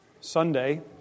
Sunday